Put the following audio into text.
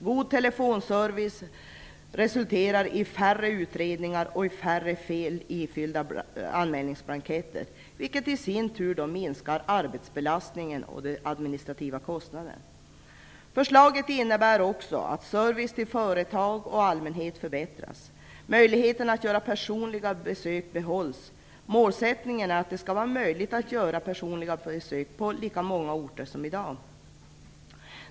God telefonservice resulterar i färre utredningar och färre fel i ifyllda anmälningsblanketter, vilket i sin tur minskar arbetsbelastningen och de administrativa kostnaderna. Förslaget innebär också att service till företag och allmänhet förbättras. Möjligheten att göra personliga besök behålls. Målet är att det skall vara möjligt att göra personliga besök på lika många orter som i dag.